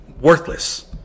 worthless